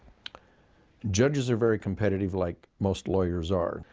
judges are very competitive, like most lawyers are.